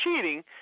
cheating